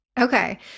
okay